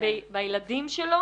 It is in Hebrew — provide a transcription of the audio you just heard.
בילדים שלו